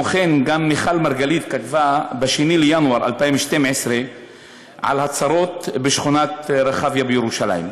גם מיכל מרגלית כתבה ב-2 בינואר 2012 על הצרות בשכונת רחביה בירושלים.